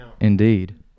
Indeed